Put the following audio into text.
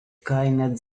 coined